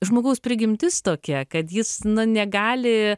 žmogaus prigimtis tokia kad jis nu negali